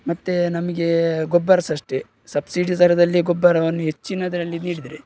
ಮತ್ತೆ ನಮಗೆ ಗೊಬ್ಬರ ಸಹ ಅಷ್ಟೆ ಸಬ್ಸಿಡಿ ದರದಲ್ಲೆ ಗೊಬ್ಬರವನ್ನು ಹೆಚ್ಚಿನದ್ರಲ್ಲಿ ನೀಡಿದರೆ